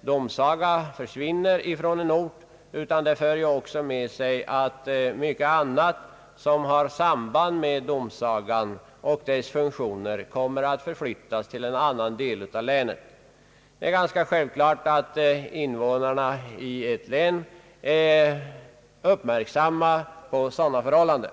domsaga försvinner från en ort, utan det för också med sig att mycket annat som har samband med domsagan och dess funktioner flyttas till en annan del av länet. Det är ganska självklart att invånarna i ett län är uppmärksamma på sådana förhållanden.